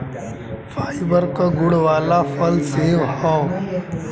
fibre क गुण वाला फल सेव हौ